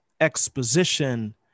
exposition